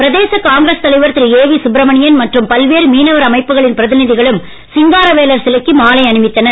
பிரதேசக் காங்கிரஸ் தலைவர் திரு ஏவி சுப்பிரமணியன் மற்றும் பல்வேறு மீனவர் அமைப்புகளின் பிரதிநிதிகளும் சிங்காரவேலர் சிலைக்கு மாலை அணிவித்தனர்